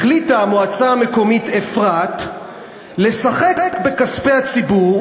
החליטה המועצה המקומית אפרת לשחק בכספי הציבור